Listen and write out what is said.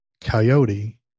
coyote